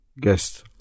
guest